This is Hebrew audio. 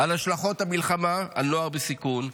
על השלכות המלחמה על נוער בסיכון,